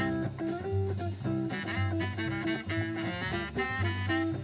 and and and